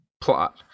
plot